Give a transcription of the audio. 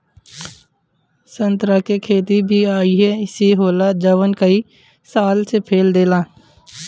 संतरा के खेती भी अइसे ही होला जवन के कई साल से फल देला